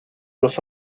los